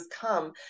come